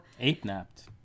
Ape-napped